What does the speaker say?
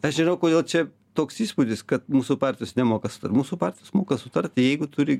aš nežinau kodėl čia toks įspūdis kad mūsų partijos nemoka sutart mūsų partijos moka sutarti jeigu turi